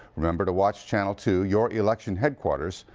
remember to watch channel two, your election headquarters,